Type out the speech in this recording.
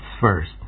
first